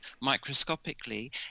microscopically